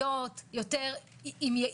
אתה אומר